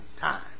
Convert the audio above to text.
time